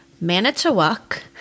Manitowoc